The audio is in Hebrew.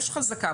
יש חזקה,